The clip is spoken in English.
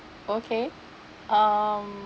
okay um